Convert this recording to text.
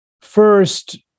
First